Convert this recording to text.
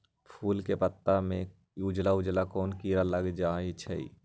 फूल के पौधा में उजला उजला कोन किरा लग जई छइ?